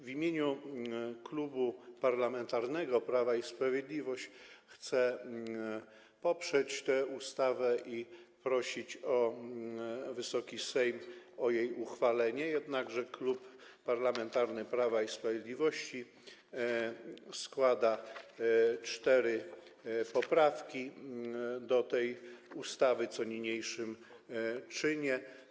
W imieniu Klubu Parlamentarnego Prawo i Sprawiedliwość chcę poprzeć tę ustawę i prosić Wysoki Sejm o jej uchwalenie, jednakże Klub Parlamentarny Prawo i Sprawiedliwość składa cztery poprawki do tej ustawy, co niniejszym czynię.